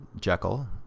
Jekyll